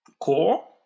core